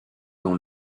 dans